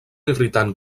irritant